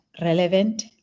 relevant